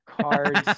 cards